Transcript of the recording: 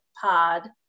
pod